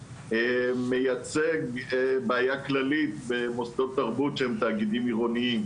מייצג בעיה כללית במוסדות תרבות שהם תאגידים עירוניים